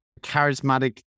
charismatic